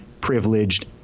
privileged